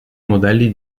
modelli